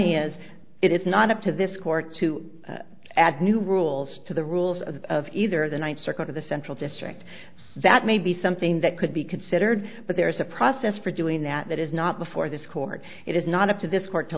is it is not up to this court to add new rules to the rules of either the ninth circuit of the central district that may be something that could be considered but there is a process for doing that that is not before this court it is not up to this court to